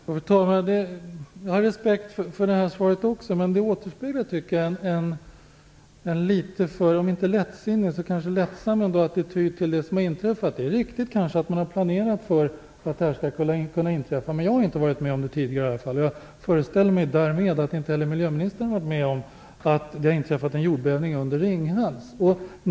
Fru talman! Jag har respekt för det här svaret också, Men jag tycker att det återspeglar en, om än inte lättsinnig så kanske ändå, litet för lättsam attityd till det som har inträffat. Det kanske är riktigt att man har planerat för att det här skulle kunna inträffa, men jag har inte varit med om det tidigare i alla fall. Jag föreställer mig därmed att inte heller miljöministern har varit med om att det har inträffat en jordbävning under Ringhals.